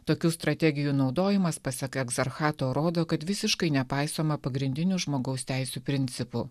tokių strategijų naudojimas pasak egzarchato rodo kad visiškai nepaisoma pagrindinių žmogaus teisių principų